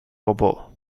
robot